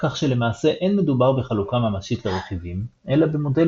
כך שלמעשה אין מדובר בחלוקה ממשית לרכיבים אלא במודל